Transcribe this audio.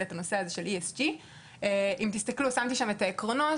את הנושא הזה של ESG. אם תסתכלו שמתי שם את העקרונות,